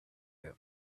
him